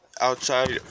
outside